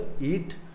eat